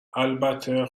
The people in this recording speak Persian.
البته